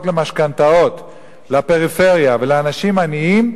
על משכנתאות לפריפריה ולאנשים עניים,